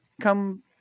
come